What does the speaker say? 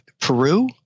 Peru